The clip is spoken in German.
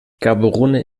gaborone